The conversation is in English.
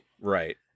right